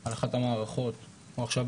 על אחת המערכות, או עכשיו